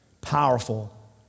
Powerful